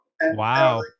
Wow